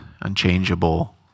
unchangeable